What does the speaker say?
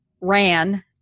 ran